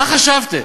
מה חשבתם,